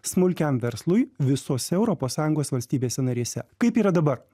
smulkiam verslui visose europos sąjungos valstybėse narėse kaip yra dabar